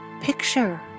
picture